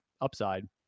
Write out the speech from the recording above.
upside